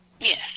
Yes